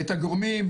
את הגורמים,